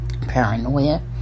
paranoia